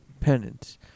Penance